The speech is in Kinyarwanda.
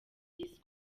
yise